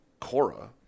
Cora